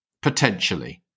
potentially